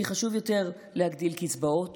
כי חשוב יותר להגדיל קצבאות